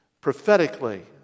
prophetically